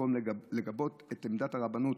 במקום לגבות את עמדת הרבנות,